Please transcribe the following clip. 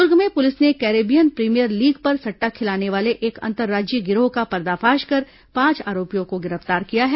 दुर्ग में पुलिस ने Caribbean Premier League पर सट्टा खिलाने वाले एक अंतर्राज्यीय गिरोह का पर्दाफाश कर पांच आरोपियों को गिरफ्तार किया है